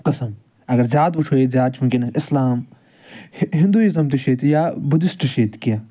قٕسم اگر زیاد وٕچھو ییٚتہِ زیاد چھ ونکیٚنَس اِسلام ہِندوٗاِزم تہ چھ ییٚتہِ یا بُدِسٹ چھِ ییٚتہِ کینٛہہ